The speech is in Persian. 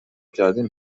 کردیم